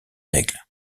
aigle